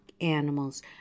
animals